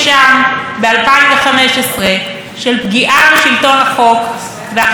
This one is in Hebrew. של פגיעה בשלטון החוק והכפפת המערכת לגחמות של הממשלה.